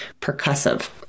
percussive